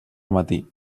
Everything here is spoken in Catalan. matí